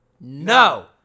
No